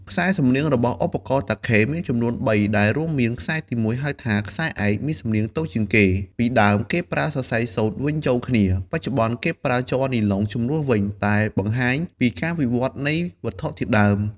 ខ្សែសំនៀងរបស់ឧបករណ៍តាខេមានចំនួនបី ដែលរួមមាន ខ្សែទីមួយ ហៅថា ខ្សែឯក មានសំនៀងតូចជាងគេ ពីដើមគេប្រើសរសៃសូត្រវេញចូលគ្នា បច្ចុប្បន្នគេប្រើជ័រនីឡុងជំនួសវិញ ដែលបង្ហាញពីការវិវត្តន៍នៃវត្ថុធាតុដើម។